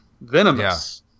venomous